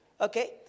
Okay